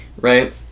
right